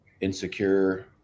insecure